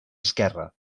esquerra